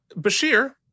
Bashir